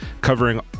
covering